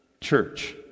church